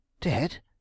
dead